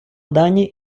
дані